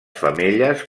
femelles